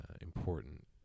important